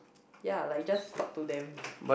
ya like just talk to them